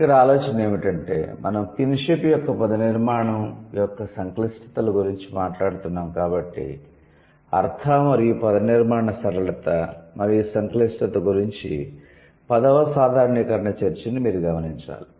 ఇక్కడ ఆలోచన ఏమిటంటే మనం కిన్షిప్ యొక్క పద నిర్మాణం యొక్క సంక్లిష్టతల గురించి మాట్లాడుతున్నాము కాబట్టి అర్థ మరియు పదనిర్మాణ సరళత మరియు సంక్లిష్టత గురించి పదవ సాధారణీకరణ చర్చను మీరు గమనించాలి